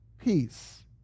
Peace